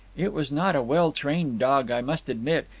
it was not a well-trained dog, i must admit,